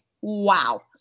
wow